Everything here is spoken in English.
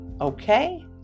Okay